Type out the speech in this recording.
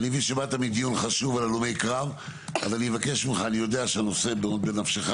אני יודעת, אני מודה לך.